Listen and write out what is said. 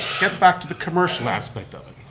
get back to the commercial aspect of it,